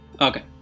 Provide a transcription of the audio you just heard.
Okay